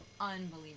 unbelievable